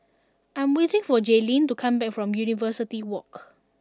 I am waiting for Jaelyn to come back from University Walk